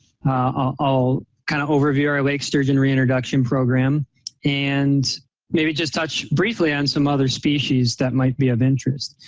i'll kind of overview our lake sturgeon reintroduction program and maybe just touch briefly on some other species that might be of interest.